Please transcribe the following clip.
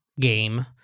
game